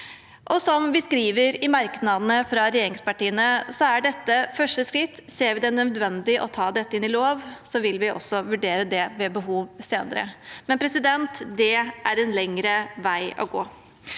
Som vi skriver i merknadene fra regjeringspartiene, er dette første skritt. Ser vi det nødvendig å ta dette inn i lov, vil vi også vurdere det ved behov senere, men det er en lengre vei å gå.